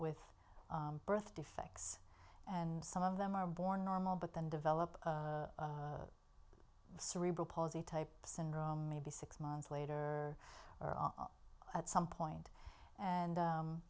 with birth defects and some of them are born normal but then develop cerebral palsy type syndrome maybe six months later at some point and